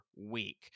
week